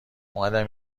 اومدم